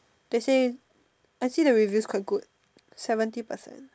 they say I see the review is quite good seventy percent